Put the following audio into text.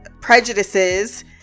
prejudices